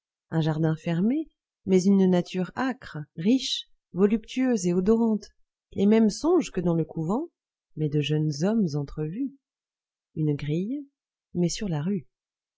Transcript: un jardin fermé mais une nature âcre riche voluptueuse et odorante les mêmes songes que dans le couvent mais de jeunes hommes entrevus une grille mais sur la rue